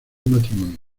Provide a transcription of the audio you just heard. matrimonio